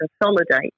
consolidate